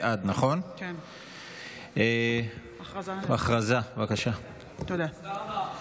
21 בעד, אין מתנגדים, אין נמנעים.